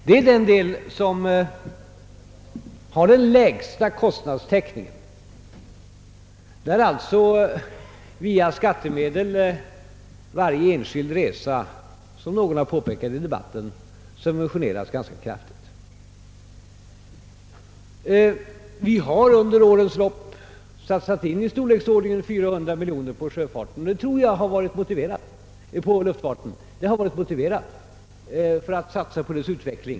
Det är den gren som har den lägsta kostnadstäckningen och där alltså varje enskild resa — som någon påpekat i debatten — subventioneras ganska kraftigt. Vi har under årens lopp satsat omkring 400 miljoner kronor på luftfartens utveckling, och det tror jag har varit motiverat.